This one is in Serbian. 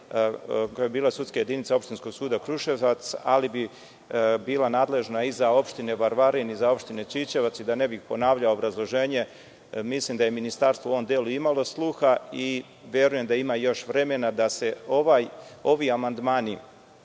koja bi bila sudska jedinica opštinskog suda Kruševac, ali bi bila nadležna i za opštinu Varvarin i Ćićevac. Ne bih ponavljao obrazloženje, mislim da je Ministarstvo u ovom delu imalo sluha. Verujem da ima još vremena da se ovi amandmani